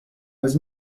was